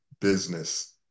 business